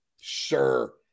Sure